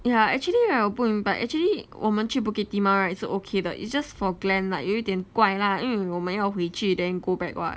yeah actually right 我不明白 actually 我们去 bukit timah right 是 okay 的 it's just for glen like 有点怪啦因为我们要回去 then go back [what]